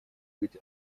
быть